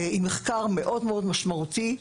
עם מחקר מאוד מאוד משמעותי,